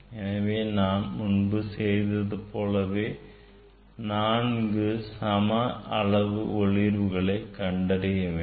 எனவே நாம் முன்பு செய்தது போலவே 4 சம அளவு ஒளிவுகளை கண்டறிய வேண்டும்